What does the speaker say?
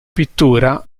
pittura